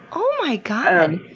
oh my god!